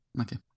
okay